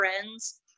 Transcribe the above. friends